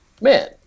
man